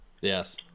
Yes